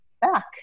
back